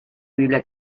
biblia